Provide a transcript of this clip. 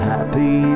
Happy